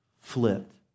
flipped